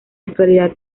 actualidad